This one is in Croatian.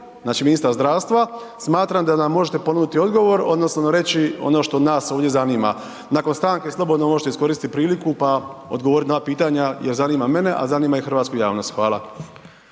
znači ministar zdravstva. Smatram da nam možete ponuditi odgovor, odnosno reći ono što nas ovdje zanima. Nakon stanke slobodno možete iskoristiti priliku pa odgovoriti na ova pitanja jer zanima mene, a zanima i hrvatsku javnost. Hvala.